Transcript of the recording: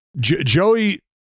Joey